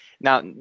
Now